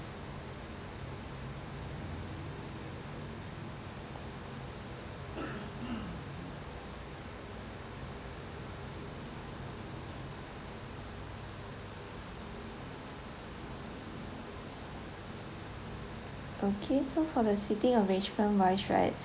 okay so for the seating arrangement wise right